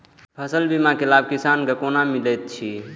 फसल बीमा के लाभ किसान के कोना मिलेत अछि?